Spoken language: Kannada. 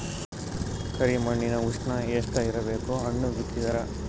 ಕರಿ ಮಣ್ಣಿನ ಉಷ್ಣ ಎಷ್ಟ ಇರಬೇಕು ಹಣ್ಣು ಬಿತ್ತಿದರ?